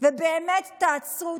ובאמת תעצרו,